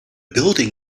building